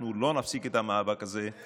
אנחנו לא נפסיק את המאבק הזה.